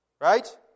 right